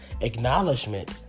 acknowledgement